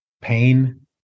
Pain